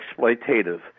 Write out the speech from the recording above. exploitative